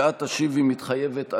ואת תשיבי: "מתחייבת אני".